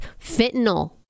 fentanyl